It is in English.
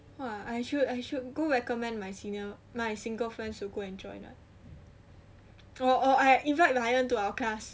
!wah! I should I should go recommend my senior my single friends to go and try or or I invite ryan to our class